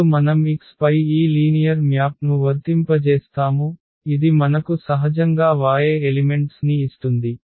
ఇప్పుడు మనం X పై ఈ లీనియర్ మ్యాప్ ను వర్తింపజేస్తాము ఇది మనకు సహజంగా y ఎలిమెంట్స్ ని ఇస్తుంది